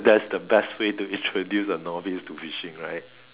that's the best way to introduce a novice to fishing right